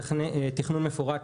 תכנון מפורט